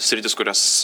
sritys kurias